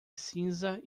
cinza